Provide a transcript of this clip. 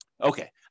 Okay